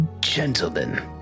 Gentlemen